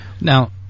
Now